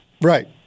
Right